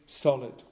solid